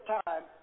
time